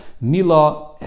mila